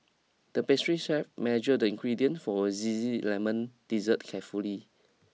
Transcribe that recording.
the pastry chef measured the ingredients for a zesty lemon dessert carefully